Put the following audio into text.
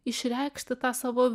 išreikšti tą savo